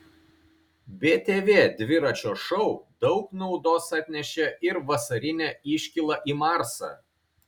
btv dviračio šou daug naudos atnešė ir vasarinė iškyla į marsą